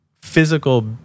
physical